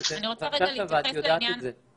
ואת יודעת את זה, חברת הכנסת שאשא.